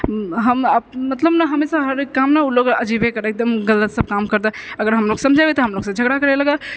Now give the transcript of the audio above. हम मतलब ने हमेशा ने हरेक काम ने ओ लोक अजीबे करै एकदम गलत सब काम करितए अगर हमलोग समझेबै तऽ हमलोगसँ झगड़ा करऽ लागए